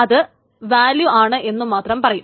ഇത് വാല്യൂ ആണ് എന്നു മാത്രം പറയും